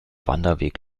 wanderweg